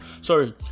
sorry